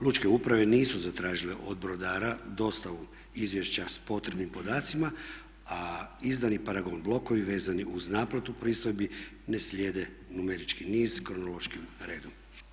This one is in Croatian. Lučke uprave nisu zatražile od brodara dostavu izvješća s potrebnim podacima a izdani paragon blokovi vezani uz naplatu pristojbi ne slijede numerički niz kronološkim redom.